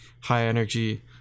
high-energy